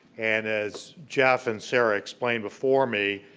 and as jeff and sarah explained before me,